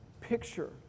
picture